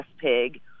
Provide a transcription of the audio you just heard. pig